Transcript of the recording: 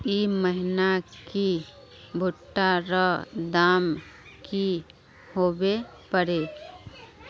ई महीना की भुट्टा र दाम की होबे परे?